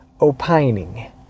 opining